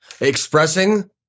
expressing